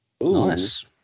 Nice